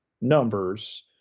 numbers –